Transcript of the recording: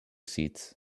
seats